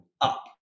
up